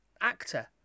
actor